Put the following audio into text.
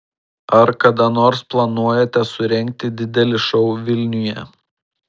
ar kada nors planuojate surengti didelį šou vilniuje